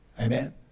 Amen